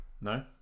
No